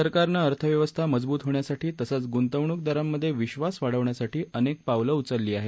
सरकारनं अर्थव्यवस्था मजबूत होण्यासाठी तसंच गुंतवणूकदारांमधे विक्वास वाढण्यासाठी अनेक पावलं उचलली आहेत